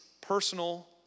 personal